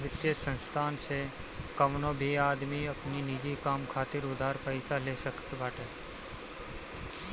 वित्तीय संस्थान से कवनो भी आदमी अपनी निजी काम खातिर उधार पईसा ले सकत बाटे